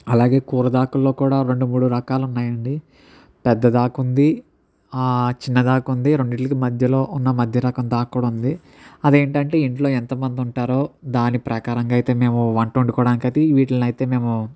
అలాగే కూర దాకల్లో కూడా రెండు మూడు రకాల ఉన్నాయి అండి పెద్దదాకుంది చిన్న దాక ఉంది రెండింటిలకి మధ్యలో ఉన్న మధ్యరకం దాక కూడా ఉంది అదేంటి అంటే ఇంట్లో ఎంతమంది ఉంటారో దాని ప్రకారంగా అయితే మేము వంట వండుకోవడానికి అయితే వీటీని అయితే మేము